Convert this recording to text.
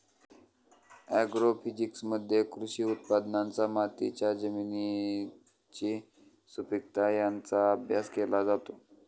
ॲग्रोफिजिक्समध्ये कृषी उत्पादनांचा मातीच्या जमिनीची सुपीकता यांचा अभ्यास केला जातो